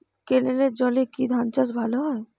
ক্যেনেলের জলে কি ধানচাষ ভালো হয়?